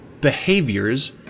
behaviors